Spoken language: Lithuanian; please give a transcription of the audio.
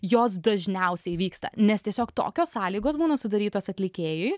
jos dažniausiai įvyksta nes tiesiog tokios sąlygos būna sudarytos atlikėjui